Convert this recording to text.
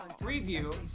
review